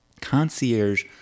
concierge